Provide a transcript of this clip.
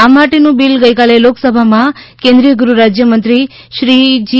આ માટેનુ બિલ ગઈકાલે લોકસભામા કેન્દ્રીય ગૃહ રાજય મંત્રી શ્રી જી